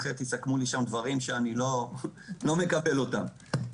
אחרת יסכמו שם דברים שאני לא מקבל אותם.